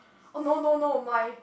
oh no no no my